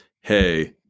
hey